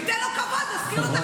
ניתן לו כבוד,